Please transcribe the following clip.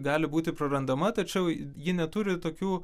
gali būti prarandama tačiau ji neturi tokių